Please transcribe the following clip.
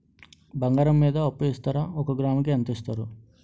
బంగారం మీద అప్పు ఇస్తారా? ఒక గ్రాము కి ఎంత ఇస్తారు?